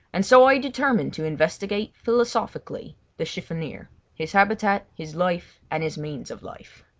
and so i determined to investigate philosophically the chiffonier his habitat, his life, and his means of life.